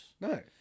No